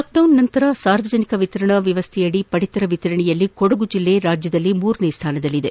lockdown ನಂತರ ಸಾರ್ವಜನಿಕ ವಿತರಣಾ ವ್ಯವಸ್ಥೆಯಡಿ ಪಡಿತರ ವಿತರಣೆಯಲ್ಲಿ ಕೊಡಗು ಜಿಲ್ಲೆ ರಾಜ್ಯದಲ್ಲಿ ಮೂರನೇ ಸ್ಥಾನದಲ್ಲಿದೆ